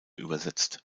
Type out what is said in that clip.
übersetzt